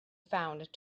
found